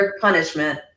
punishment